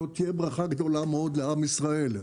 זאת תהיה ברכה גדולה מאוד לעם ישראל.